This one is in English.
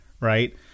Right